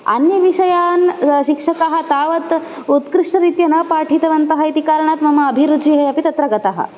अन्यविषयान् शिक्षकाः तावत् उत्कृष्टरीत्या न पाठितवन्तः इति कारणात् मम अभिरुचिः अपि तत्र गतः